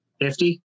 fifty